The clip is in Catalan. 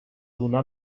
donar